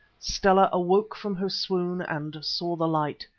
stella awoke from her swoon and saw the light.